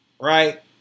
Right